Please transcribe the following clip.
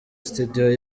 studio